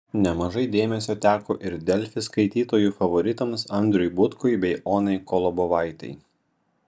nemažai dėmesio teko ir delfi skaitytojų favoritams andriui butkui bei onai kolobovaitei